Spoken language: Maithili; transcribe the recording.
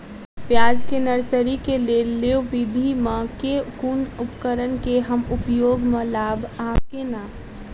प्याज केँ नर्सरी केँ लेल लेव विधि म केँ कुन उपकरण केँ हम उपयोग म लाब आ केना?